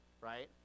right